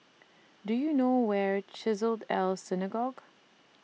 Do YOU know Where Chesed El Synagogue